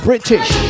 British